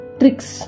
tricks